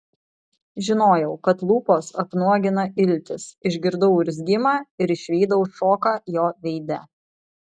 žinojau kad lūpos apnuogina iltis išgirdau urzgimą ir išvydau šoką jo veide